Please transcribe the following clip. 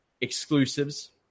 exclusives